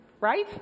right